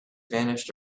vanished